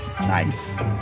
Nice